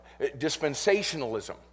dispensationalism